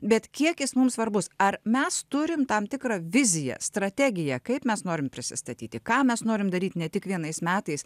bet kiek is mums svarbus ar mes turim tam tikrą viziją strategiją kaip mes norim prisistatyti ką mes norim daryt ne tik vienais metais